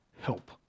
help